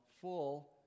full